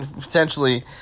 potentially